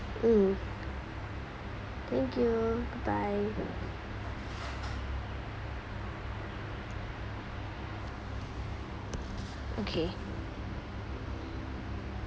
mm thank you bye bye okay